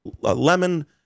lemon